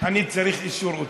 אני צריך אישור אוצר.